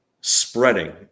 spreading